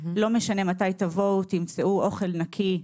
לא משנה מתי תבואו תמצאו אוכל חם נקי,